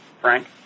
Frank